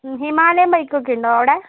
Himalayan bike ഒക്കെ ഉണ്ടോ അവിടെ